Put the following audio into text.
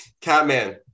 Catman